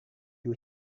you